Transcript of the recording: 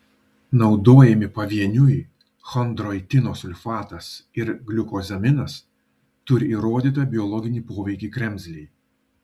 naudojami pavieniui chondroitino sulfatas ir gliukozaminas turi įrodytą biologinį poveikį kremzlei